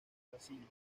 basílica